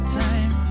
time